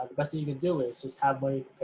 best thing you can do is just have money